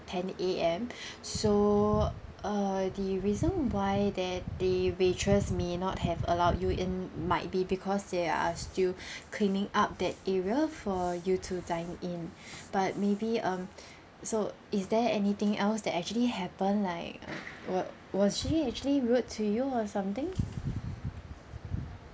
ten A_M so uh the reason why that the waitress may not have allowed you in might be because they are still cleaning up that area for you to dine in but maybe um so is there anything else that actually happened like uh was was she actually rude to you or something